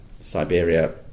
Siberia